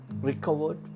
recovered